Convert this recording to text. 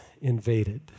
invaded